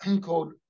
called